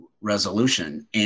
resolution